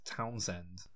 Townsend